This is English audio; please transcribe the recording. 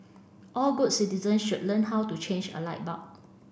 all good citizens should learn how to change a light bulb